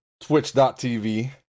twitch.tv